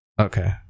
Okay